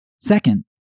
Second